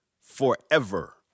Forever